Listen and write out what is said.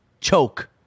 Choke